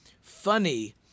funny